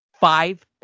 Five